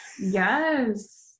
Yes